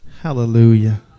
Hallelujah